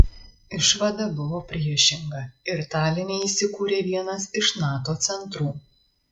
išvada buvo priešinga ir taline įsikūrė vienas iš nato centrų